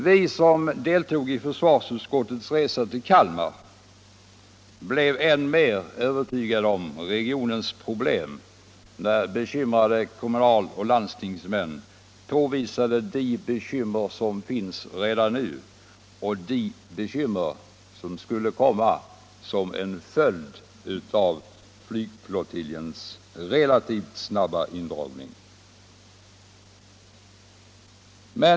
Vi som deltog i försvarsutskottets resa till Kalmar blev än mer övertygade om regionens problem när bekyttade kommunaloch landstingsmän påvisade de bekymmer som finns redan nu och de bekymmer som skulle bli en följd av flygflottiljens relativt snabba indragning.